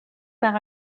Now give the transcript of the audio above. par